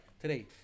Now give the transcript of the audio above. Today